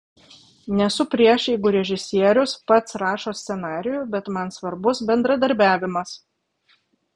nesu prieš jeigu režisierius pats rašo scenarijų bet man svarbus bendradarbiavimas